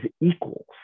equals